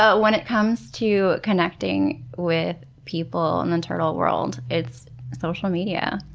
ah when it comes to connecting with people in the turtle world it's social media.